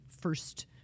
first